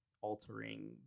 altering